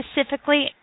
specifically